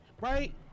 right